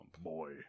boy